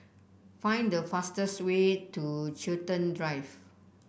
find the fastest way to Chiltern Drive